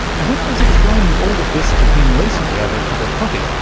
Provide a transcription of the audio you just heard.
and when i was explaining all of this to him recently over a cup of coffee,